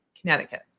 Connecticut